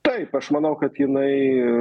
taip aš manau kad jinai